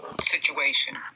situation